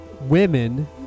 Women